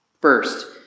First